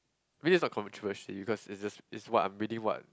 maybe it's a controversy because it's just is what I'm reading what